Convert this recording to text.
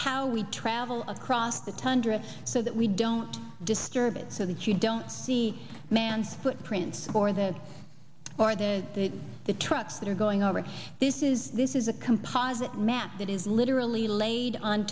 how we travel across the tundra so that we don't disturb it so that you don't see man's footprints or the or the the trucks that are going over this is this is a composite mass that is literally laid on